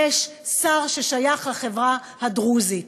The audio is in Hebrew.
יש שר ששייך לחברה הדרוזית.